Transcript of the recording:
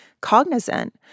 cognizant